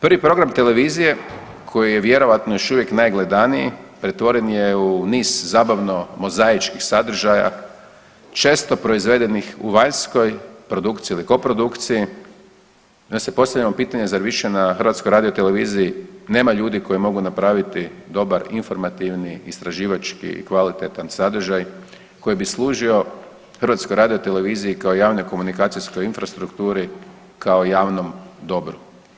Prvi program televizije koji je vjerojatno još uvijek najgledaniji pretvoren je u niz zabavno mozaičkih sadržaja često proizvedenih u vanjskoj produkciji ili koprodukciji i onda si postavljamo pitanje zar više na HRT-u nema ljudi koji mogu napraviti dobar informativan, istraživački i kvalitetan sadržaj koji bi služio HRT-u kao javnoj komunikacijskoj infrastrukturi kao javnom dobru.